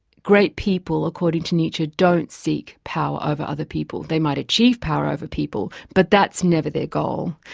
great people, according to nietzsche, don't seek power over other people, they might achieve power over people, but that's never their goal.